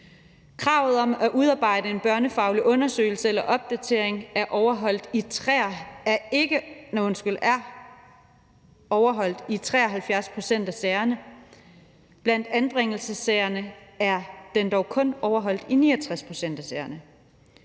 Kravet om at udarbejde en børnefaglig undersøgelse eller opdatering er overholdt i 73 pct. af sagerne. Blandt anbringelsessagerne er det dog kun overholdt i 69 pct. af sagerne.